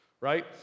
right